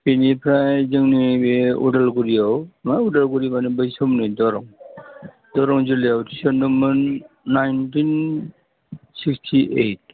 बेनिफ्राय जोंनि बे अदालगुरियाव बा अदालगुरि माने बै समनि दरं दरं जिल्लायाव थिसन्दोंमोन नाइन्टिन सिक्सटि एइड